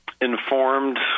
informed